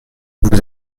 vous